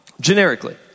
generically